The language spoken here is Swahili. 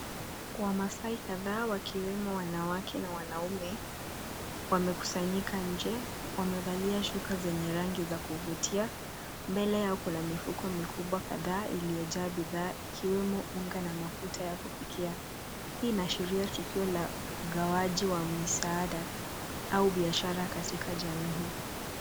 Wamasai kadhaa wakiwemo wanawake na wanaume, wamekusanyika nje wamevalia shuka zenye rangi za kuvutia. Mbele yao kuna mifuko mikubwa kadhaa iliyojaa bidhaa ikiwemo unga na mafuta ya kupikia. Hii inaashiria tukio la ugawaji wa misaada au biashara katika jamii.